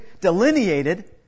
delineated